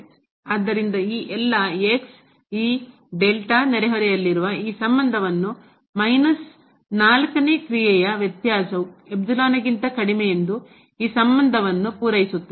ಆದ್ದರಿಂದಈ ಎಲ್ಲಾ ಈ ನೆರೆಹೊರೆಯಲ್ಲಿರುವಈ ಸಂಬಂಧವನ್ನು ಮೈನಸ್ 4 ನ ಕ್ರಿಯೆಯ ವ್ಯತ್ಯಾಸವು ಕಿಂತ ಕಡಿಮೆ ಎಂದು ಈ ಸಂಬಂಧವನ್ನು ಪೂರೈಸುತ್ತದೆ